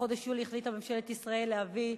בחודש יולי החליטה ממשלת ישראל להביא,